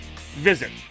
visit